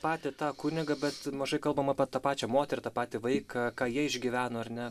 patį tą kunigą bet mažai kalbam apie tą pačią moterį tą patį vaiką ką jie išgyveno ar ne